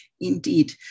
Indeed